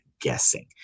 guessing